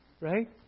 Right